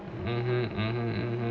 mmhmm